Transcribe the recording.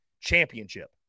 championship